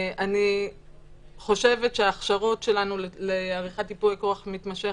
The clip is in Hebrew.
אני חושבת שההכשרות שלנו לעריכת ייפוי כוח מתמשך